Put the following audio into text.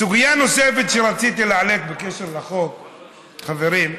סוגיה נוספת שרציתי להעלות בקשר לחוק, חברים,